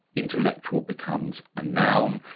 intellectual becomes a noun,